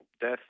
death